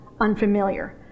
unfamiliar